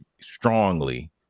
strongly